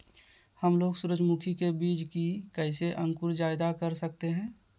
हमलोग सूरजमुखी के बिज की कैसे अंकुर जायदा कर सकते हैं?